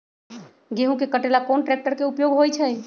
गेंहू के कटे ला कोंन ट्रेक्टर के उपयोग होइ छई?